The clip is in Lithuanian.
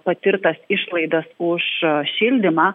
patirtas išlaidas už šildymą